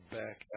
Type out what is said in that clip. back